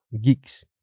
geeks